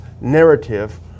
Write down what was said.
narrative